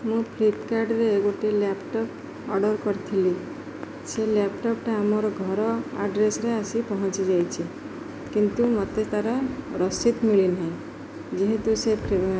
ମୁଁ ଫ୍ଲିପକାର୍ଟରେ ଗୋଟେ ଲ୍ୟାପଟପ୍ ଅର୍ଡ଼ର କରିଥିଲି ସେ ଲ୍ୟାପଟପ୍ଟା ଆମର ଘର ଆଡ୍ରେସ୍ରେ ଆସି ପହଞ୍ଚି ଯାଇଛିି କିନ୍ତୁ ମୋତେ ତାର ରସିଦ ମିଳିନାହିଁ ଯେହେତୁ ସେ